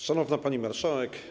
Szanowna Pani Marszałek!